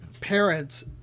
parents